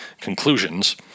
conclusions